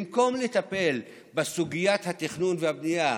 במקום לטפל בסוגיית התכנון והבנייה,